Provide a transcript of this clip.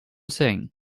sing